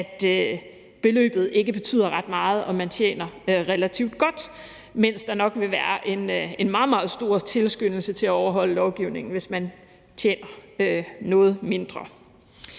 at beløbet ikke betyder ret meget, altså hvis man tjener relativt godt, mens der nok vil være en meget, meget stor tilskyndelse til at overholde lovgivningen, hvis man tjener noget mindre.